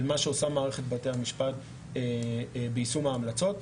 מה שעושה מערכת בתי המשפט ביישום ההמלצות.